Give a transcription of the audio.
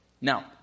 Now